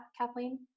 Kathleen